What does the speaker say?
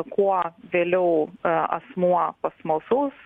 kuo vėliau asmuo pasmalsaus